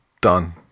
Done